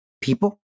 people